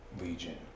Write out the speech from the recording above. Legion